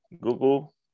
Google